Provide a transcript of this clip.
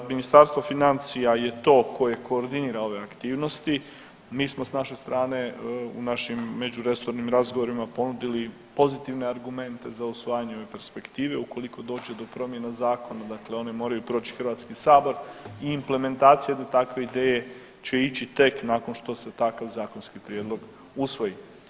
Ministarstvo financija je to koje koordinira ove aktivnosti, mi smo s naše strane u našim međuresornim razgovorima ponudili pozitivne argumente za usvajanje ove perspektive, ukoliko dođe do promjena zakona dakle one moraju proći HS i implementacija da takve ideje će ići tek nakon što se takav zakonski prijedlog usvoji.